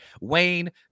Wayne